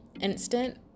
instant